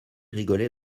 rigolait